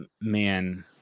man